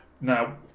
now